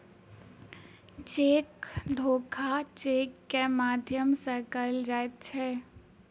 cheque धोखा चेकक माध्यम सॅ कयल जाइत छै